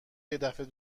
یدفعه